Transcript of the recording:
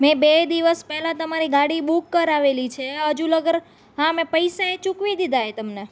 મેં બે દિવસ પહેલાં તમારી ગાડી બુક કરાવેલી છે હજુ લગર હા મેં પૈસા એ ચૂકવી દીધા છે તમને